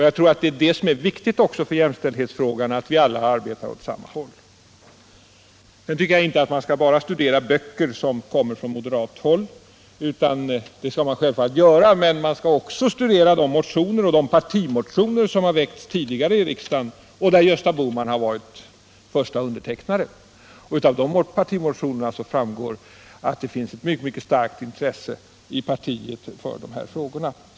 Jag tror att det är viktigt för hela jämställdhetsfrågan att vi alla arbetar åt samma håll. Man skall självfallet studera böcker som kommer från moderat håll, men man skall också studera de partimotioner som väckts tidigare i riksdagen och där Gösta Bohman varit förste undertecknare. Av de partimotionerna framgår att det finns ett mycket starkt intresse i vårt parti för de här frågorna.